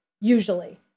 Usually